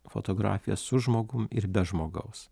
fotografiją su žmogum ir be žmogaus